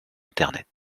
internet